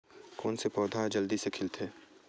कोन से पौधा ह जल्दी से खिलथे?